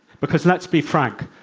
because, let's be frank,